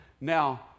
now